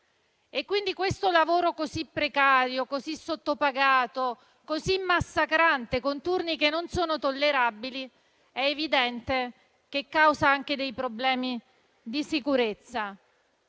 la pandemia. Questo lavoro così precario, così sottopagato, così massacrante, con turni che non sono tollerabili, è evidente che causi anche dei problemi di sicurezza.